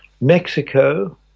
mexico